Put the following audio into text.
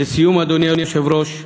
לסיום, אדוני היושב-ראש,